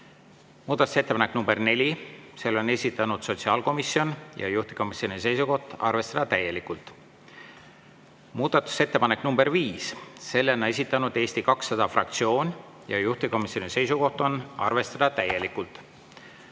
Muudatusettepanek nr 4, selle on esitanud sotsiaalkomisjon ja juhtivkomisjoni seisukoht on arvestada täielikult. Muudatusettepanek nr 5, selle on esitanud Eesti 200 fraktsioon, juhtivkomisjoni seisukoht on arvestada täielikult.